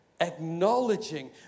Acknowledging